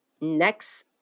next